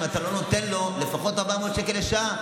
אתה לא נותן לו לפחות 400 שקלים לשעה,